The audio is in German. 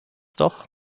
doch